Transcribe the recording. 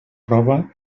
prova